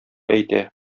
әйтә